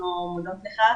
אנחנו מודות לך.